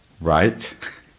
Right